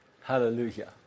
Hallelujah